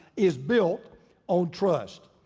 is built on trust.